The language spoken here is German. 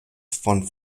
von